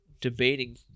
debating